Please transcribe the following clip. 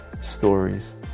stories